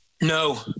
No